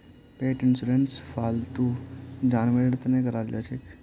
पेट insurance फालतू जानवरेर तने कराल जाछेक